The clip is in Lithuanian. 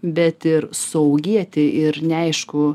bet ir suaugėti ir neaišku